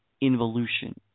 involution